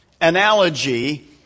analogy